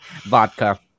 Vodka